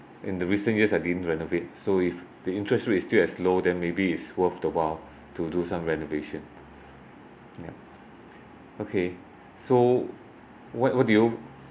in the recent years I didn't renovate so if the interest rate is still as low than maybe it's worth the while to do some renovation yeah okay so what what do you